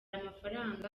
amafaranga